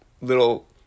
little